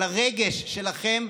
על הרגש שלכם,